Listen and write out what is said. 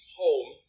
home